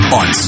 on